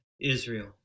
Israel